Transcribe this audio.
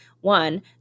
one